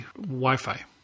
Wi-Fi